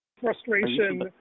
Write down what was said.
frustration